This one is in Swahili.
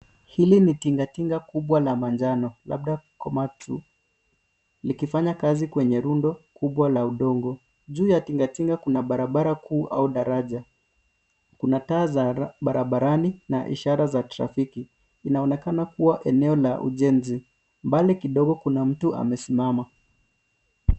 Hili ni tingatinga kubwa la manjano labda, komatsu, likifanya kazi kwenye rundo kubwa la udongo. Juu ya tingatinga kuna barabara kuu au daraja. Kuna taa za barabarani na ishara za trafiki. Inaonekana kuwa eneo la ujenzi. Mbali kidogo kuna mtu amesimama.